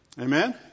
Amen